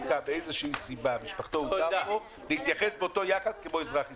מאיזושהי סיבה - להתייחס באותו יחס כמו אזרח ישראל.